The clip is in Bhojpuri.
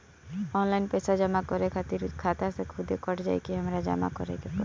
ऑनलाइन पैसा जमा करे खातिर खाता से खुदे कट जाई कि हमरा जमा करें के पड़ी?